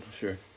sure